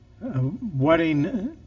wedding